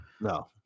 No